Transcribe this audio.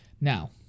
Now